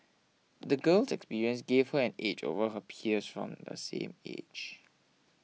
the girl's experiences gave her an edge over her peers from the same age